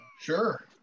sure